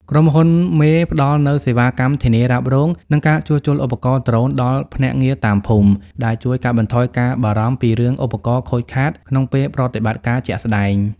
ក្រុមហ៊ុនមេផ្ដល់នូវសេវាកម្មធានារ៉ាប់រង និងការជួសជុលឧបករណ៍ដ្រូនដល់ភ្នាក់ងារតាមភូមិ ដែលជួយកាត់បន្ថយការបារម្ភពីរឿងឧបករណ៍ខូចខាតក្នុងពេលប្រតិបត្តិការជាក់ស្ដែង។